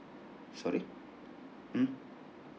sorry mm